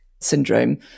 syndrome